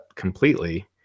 completely